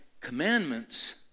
commandments